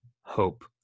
hope